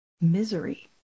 misery